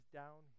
down